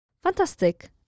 Fantastic